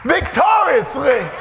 Victoriously